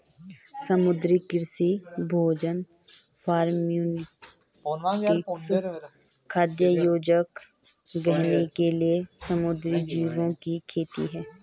समुद्री कृषि भोजन फार्मास्यूटिकल्स, खाद्य योजक, गहने के लिए समुद्री जीवों की खेती है